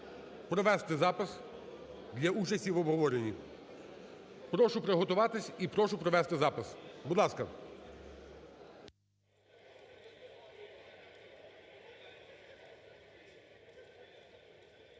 провести запис для участі в обговоренні. Прошу приготуватись і прошу провести запис. Будь ласка.